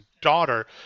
daughter